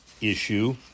issue